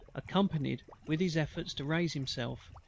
accompanied with his efforts to raise himself,